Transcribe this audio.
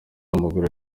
w’amaguru